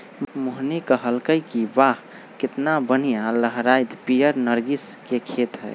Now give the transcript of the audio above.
मोहिनी कहलकई कि वाह केतना बनिहा लहराईत पीयर नर्गिस के खेत हई